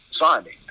signing